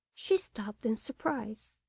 she stopped in surprise,